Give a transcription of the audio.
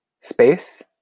space